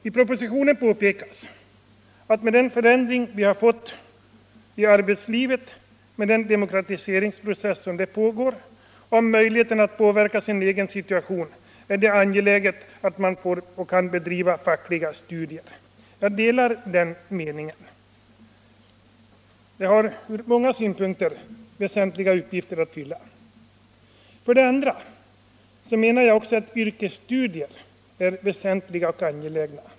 I propositionen påpekas att med den förändring vi fått i arbetslivet, med den demokratiseringsprocess som där pågår när det gäller möjligheten att påverka sin situation, är det angeläget att man får och kan bedriva fackliga studier. Jag delar den meningen. Sådana studier har ur många synpunkter väsentliga uppgifter att fylla. 2. Jag menar att också yrkesstudier är väsentliga och angelägna.